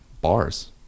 Bars